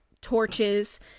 torches